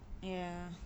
ya